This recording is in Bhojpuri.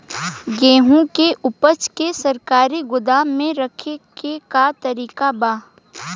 गेहूँ के ऊपज के सरकारी गोदाम मे रखे के का तरीका बा?